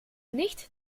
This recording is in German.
nicht